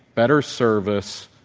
better service,